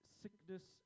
sickness